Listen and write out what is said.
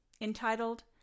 entitled